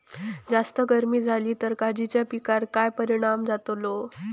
जास्त गर्मी जाली तर काजीच्या पीकार काय परिणाम जतालो?